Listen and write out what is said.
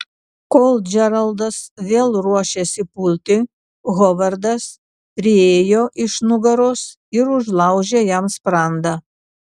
kol džeraldas vėl ruošėsi pulti hovardas priėjo iš nugaros ir užlaužė jam sprandą